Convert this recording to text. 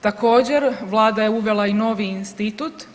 Također vlada je uvela i novi institut.